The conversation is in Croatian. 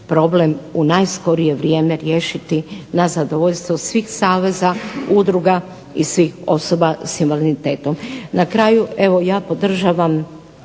problem u najskorije vrijeme riješiti na zadovoljstvo svih saveza, udruga i svih osoba sa invaliditetom. Na kraju evo ja podržavam